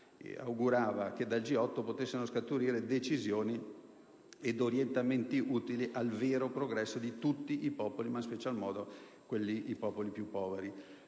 regole fondanti, «possano scaturire decisioni ed orientamenti utili al vero progresso di tutti i popoli, e in special modo di quelli più poveri»;